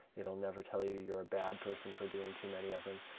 it'll never tell you you're a bad person for doing too many of them,